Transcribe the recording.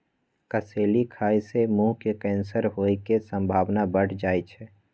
कसेली खाय से मुंह के कैंसर होय के संभावना बढ़ जाइ छइ